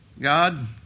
God